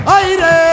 aire